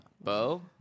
Bo